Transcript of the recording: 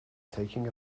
taking